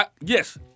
Yes